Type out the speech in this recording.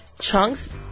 Chunks